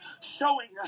showing